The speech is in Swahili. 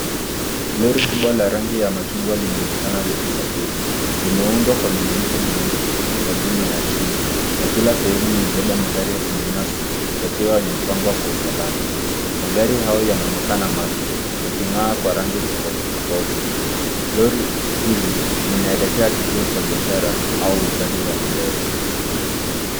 Lori kubwa la rangi ya machungwa linaonekana likisafiri limeundwa kwa miinuko miwili ya juu na ya chini ,na kila sehemu imebeba magari ya kibinafsi yakiwa yamepangwa kwa usalama, magari hayo yanaonekana mapya ya king'aa kwa rangi tofauti tofauti lori hili linaelekea kituo cha biashara au uzaji wa magari.